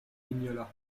mignola